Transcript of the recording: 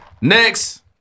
Next